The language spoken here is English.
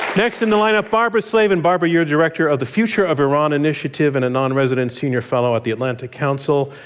next in the lineup, barbara slavin. barbara, you're director of the future of iran initiative and a non-resident senior fellow at the atlantic council.